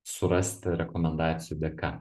surasti rekomendacijų dėka